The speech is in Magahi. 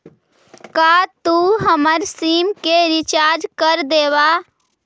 का तू हमर सिम के रिचार्ज कर देबा